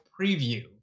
preview